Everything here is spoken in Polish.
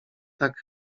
tak